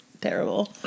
Terrible